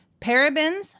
parabens